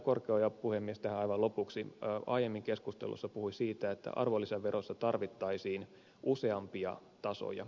korkeaoja puhemies tähän aivan lopuksi aiemmin keskustelussa puhui siitä että arvonlisäverossa tarvittaisiin useampia tasoja